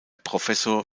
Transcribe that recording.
professor